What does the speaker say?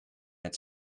het